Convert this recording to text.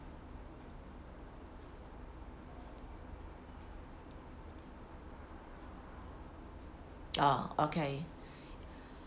oh okay